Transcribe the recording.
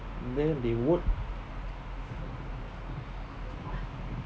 then they vote